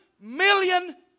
million